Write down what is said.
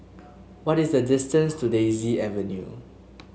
what is the distance to Daisy Avenue